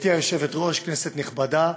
גברתי היושבת-ראש, כנסת נכבדה,